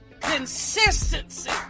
consistency